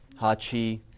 Hachi